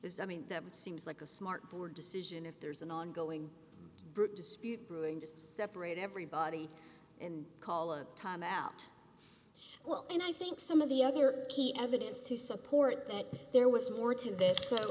because i mean that seems like a smart board decision if there's an ongoing brute dispute brewing to separate everybody and call a timeout well and i think some of the other key evidence to support that there was more to this so